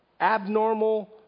abnormal